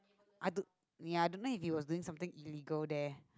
I don't ya I don't know if he was doing something illegal there